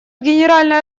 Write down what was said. генеральной